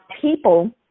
people